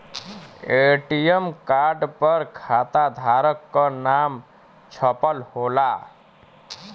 ATM card पर खाताधारक क नाम छपल होला